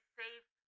safe